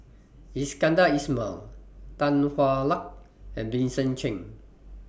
Iskandar Ismail Tan Hwa Luck and Vincent Cheng